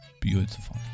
beautiful